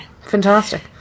fantastic